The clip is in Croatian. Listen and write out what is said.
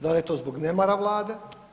Dal je to zbog nemara Vlade?